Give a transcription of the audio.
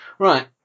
Right